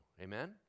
Amen